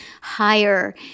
higher